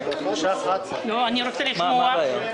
אני רוצה לשמוע.